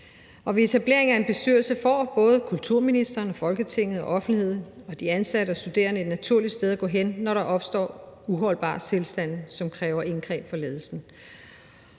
sag. Ved etablering af en bestyrelse får både kulturministeren og Folketinget, offentligheden og de ansatte og studerende et naturligt sted at gå hen, når der opstår uholdbare tilstande, som kræver indgreb fra ledelsen.